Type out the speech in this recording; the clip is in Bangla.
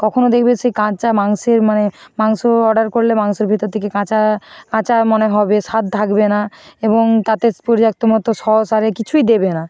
কখনও দেখবে সেই কাঁচা মাংসের মানে মাংস অর্ডার করলে মাংসের ভিতর থেকে কাঁচা কাঁচা মনে হবে স্বাদ থাকবে না এবং তাতে পর্যাপ্ত মতো সস আর এ কিছুই দেবে না